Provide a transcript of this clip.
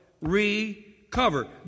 recover